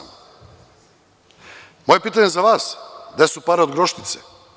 Moje pitanje za vas – gde su pare od Grošnice?